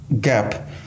gap